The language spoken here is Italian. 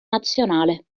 nazionale